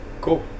Cool